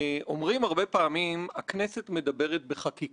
אבל הדוח הזה מראה שאנחנו יכולים לעשות יותר מזה